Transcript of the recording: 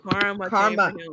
Karma